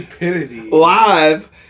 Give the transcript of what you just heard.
live